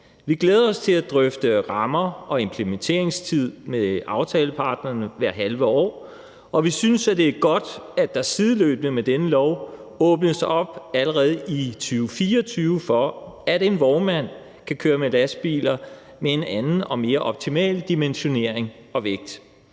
Vi glæder os til at drøfte rammer og implementeringstid med aftaleparterne hvert halve år, og vi synes, at det er godt, at der sideløbende med denne lov allerede i 2024 åbnes op for, at vognmænd kan køre med lastbiler med en anden og mere optimal dimensionering og vægt.